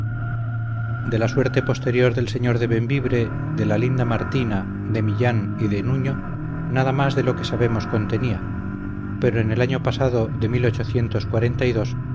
de la suerte posterior del señor de bembibre de la linda martina de millán y de nuño nada más de lo que sabemos contenía pero en el año pasado de visitando en compañía de un